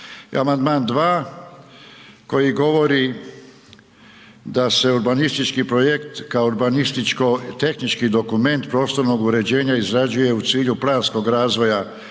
amandman 2 koji govori da se urbanistički projekt kao urbanističko tehnički dokument prostornog uređenja izrađuje u cilju planskog razvoja